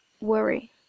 worry